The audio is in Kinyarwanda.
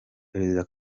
perezida